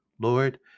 Lord